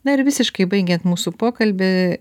na ir visiškai baigiant mūsų pokalbį